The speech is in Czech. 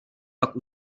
pak